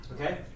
Okay